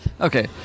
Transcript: Okay